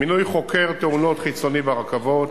מינוי חוקר תאונות חיצוני ברכבות,